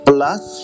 Plus